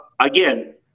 again